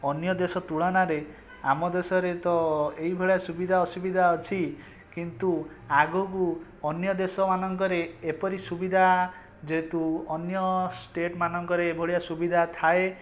ଅନ୍ୟ ଦେଶ ତୁଳନାରେ ଆମ ଦେଶରେ ତ ଏହି ଭଳିଆ ସୁବିଧା ଅସୁବିଧା ଅଛି କିନ୍ତୁ ଆଗକୁ ଅନ୍ୟ ଦେଶମାନଙ୍କରେ ଏପରି ସୁବିଧା ଯେହେତୁ ଅନ୍ୟ ଷ୍ଟେଟମାନଙ୍କରେ ଏହି ଭଳିଆ ସୁବିଧା ଥାଏ